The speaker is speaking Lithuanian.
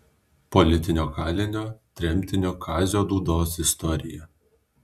politinio kalinio tremtinio kazio dūdos istorija